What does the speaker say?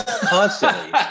constantly